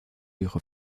hijo